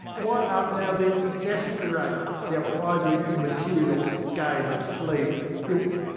why art thou, then, exasperate, thou idle immaterial skein of sleid silk,